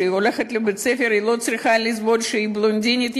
כשהיא הולכת לבית-הספר היא לא צריכה לסבול כי היא בלונדינית,